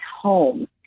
home